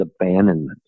abandonment